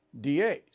DAs